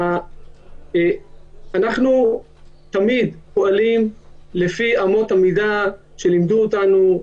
אנחנו תמיד פועלים לפי אמות המידה שלימדו אותנו,